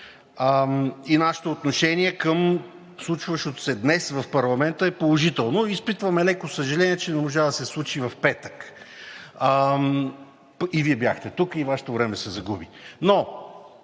Нашето отношение към случващото се днес в парламента е положително. Изпитваме леко съжаление, че не можа да се случи в петък. И Вие бяхте тук, и Вашето време се загуби. По